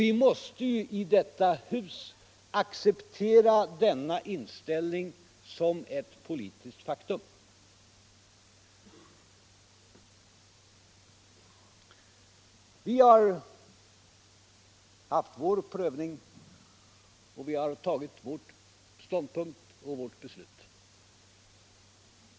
Vi måste i detta hus acceptera denna inställning som ett politiskt faktum. Vi har haft vår prövning, och vi har intagit vår ståndpunkt och fattat vårt beslut.